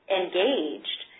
engaged